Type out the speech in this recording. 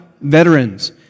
veterans